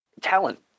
talent